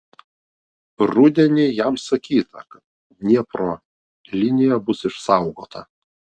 rudenį jam sakyta kad dniepro linija bus išsaugota